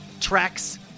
tracks